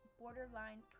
borderline